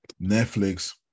Netflix